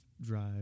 drive